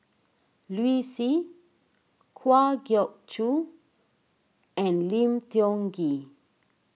Liu Si Kwa Geok Choo and Lim Tiong Ghee